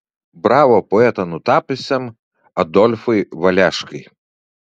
bravo poetą nutapiusiam adolfui valeškai